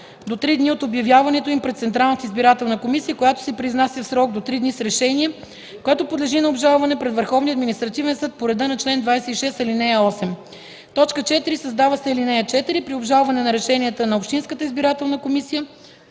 до три дни от обявяването им пред Централната избирателна комисия, която се произнася в срок до три дни с решение, което подлежи на обжалване пред Върховния административен съд по реда на чл. 26, ал. 8.” 4. Създава се ал. 4: „(4) При обжалване на решенията на общинската избирателна комисия